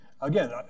Again